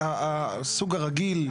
הסוג הרגיל,